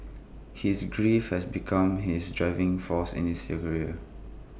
his grief has become his driving force in his career